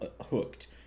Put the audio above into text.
hooked